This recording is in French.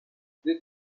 des